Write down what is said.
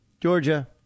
Georgia